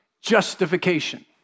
Justification